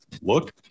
look